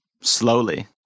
slowly